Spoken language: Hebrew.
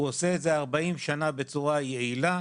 הוא עושה את זה 40 שנה בצורה יעילה,